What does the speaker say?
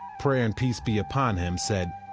prayer and peace be upon him, said,